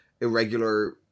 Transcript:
irregular